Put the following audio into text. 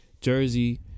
Jersey